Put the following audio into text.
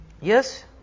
Yes